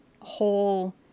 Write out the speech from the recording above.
whole